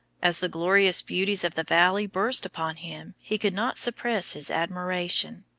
as the glorious beauties of the valley burst upon him he could not suppress his admiration.